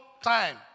time